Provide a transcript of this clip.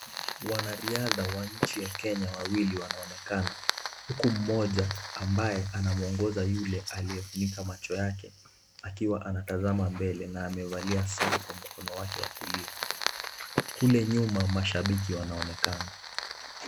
Wanariadha wa nchi ya Kenya wawili wanaonekana huku mmoja ambaye anamwongoza yule aliyefunika macho yake akiwa anatazama mbele na amevalia saa kwa mkono wake wa kulia. Kule nyuma mashabiki wanaonekana.